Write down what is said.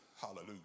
hallelujah